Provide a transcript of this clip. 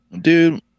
Dude